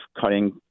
cutting